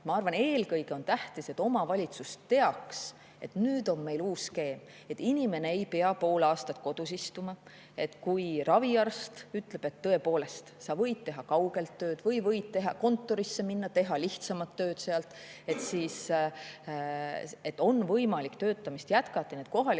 Ma arvan, et eelkõige on tähtis, et omavalitsus teaks, et nüüd on meil uus skeem, et inimene ei pea pool aastat kodus istuma. Kui raviarst ütleb, et tõepoolest sa võid teha kaugelt tööd või kontorisse minna, teha seal lihtsamat tööd, siis on võimalik töötamist jätkata. Kohalike